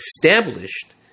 established